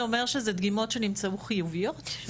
זה אומר שזה דגימות שנמצאו חיוביות?